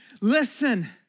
listen